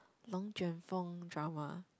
龙卷风 drama